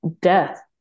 death